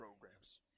programs